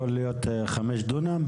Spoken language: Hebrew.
יכול להיות חמש דונם?